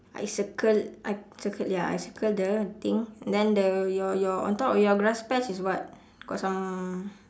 I circle I circle ya I circle the thing and then the your your on top of your grass patch is what got some